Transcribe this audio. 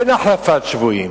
אין החלפת שבויים